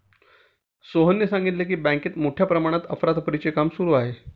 सोहनने सांगितले की, बँकेत मोठ्या प्रमाणात अफरातफरीचे काम सुरू आहे